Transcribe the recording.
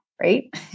right